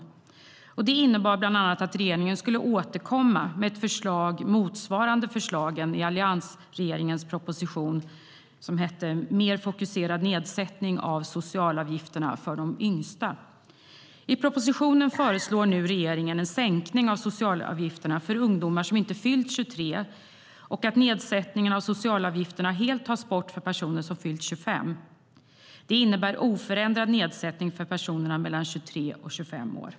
Tillkännagivandet innebar bland annat att regeringen skulle återkomma med ett förslag motsvarande förslagen i alliansregeringens proposition Mer fokuserad nedsättning av socialavgifterna för de yngsta . I propositionen föreslår regeringen nu en sänkning av socialavgifterna för ungdomar som inte fyllt 23 år och att nedsättningen av socialavgifterna helt tas bort för personer som fyllt 25 år. Det innebär oförändrad nedsättning för personer mellan 23 och 25 år.